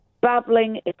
bubbling